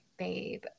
babe